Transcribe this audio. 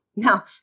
Now